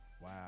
Wow